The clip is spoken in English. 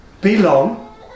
belong